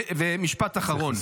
משפט אחרון.